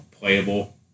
playable